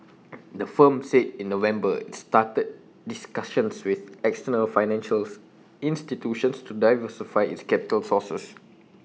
the firm said in November it's started discussions with external financials institutions to diversify its capital sources